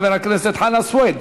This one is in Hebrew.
חבר הכנסת חנא סוייד.